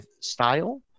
style